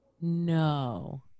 no